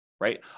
right